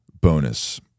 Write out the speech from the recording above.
Bonus